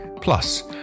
plus